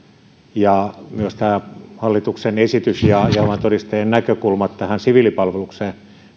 myös tämä hallituksen esitys ja jehovan todistajien näkökulmat siviilipalvelukseen